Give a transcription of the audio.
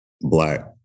black